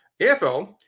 AFL